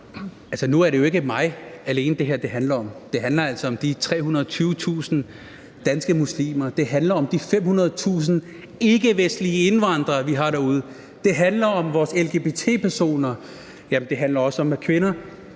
nu er det jo ikke mig alene, det her handler om. Det handler altså om de 320.000 danske muslimer, det handler om de 500.000 ikkevestlige indvandrere, vi har derude, det handler om vores lgbt-personer. Ja, det handler også om kvinder.